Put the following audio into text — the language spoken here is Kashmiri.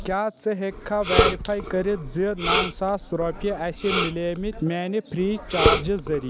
کیٛاہ ژٕ ہٮ۪ککھا ویرِفاے کٔرِتھ زِ نو ساس رۄپیہِ اسہِ مِلیمٕتۍ میانہِ فرٛی چارجہِ ذٔریعہٕ؟